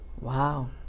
Wow